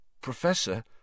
Professor